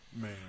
Man